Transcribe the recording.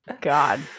God